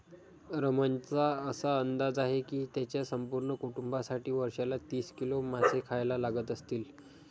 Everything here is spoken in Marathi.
रमणचा असा अंदाज आहे की त्याच्या संपूर्ण कुटुंबासाठी वर्षाला तीस किलो मासे खायला लागत असतील